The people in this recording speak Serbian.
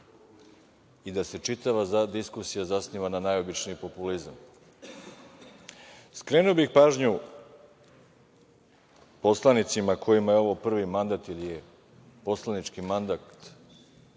i da se čitava diskusija zasniva na najobičnije populizmu. Skrenuo bih pažnju poslanicima kojima je ovo prvi mandat, poslanički mandat